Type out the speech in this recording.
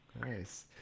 nice